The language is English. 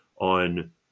on